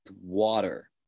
water